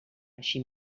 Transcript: així